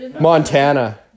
Montana